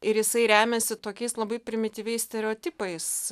ir jisai remiasi tokiais labai primityviais stereotipais